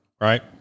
right